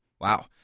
Wow